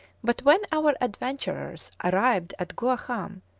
but when our adventurers arrived at guaham,